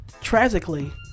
Tragically